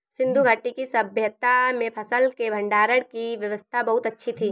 सिंधु घाटी की सभय्ता में फसल के भंडारण की व्यवस्था बहुत अच्छी थी